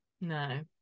No